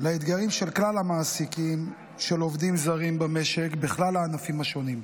לאתגרים של כלל המעסיקים של עובדים זרים במשק בכלל הענפים השונים.